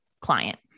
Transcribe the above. client